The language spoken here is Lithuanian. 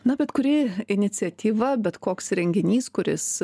na bet kuri iniciatyva bet koks renginys kuris